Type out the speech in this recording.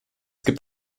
gibt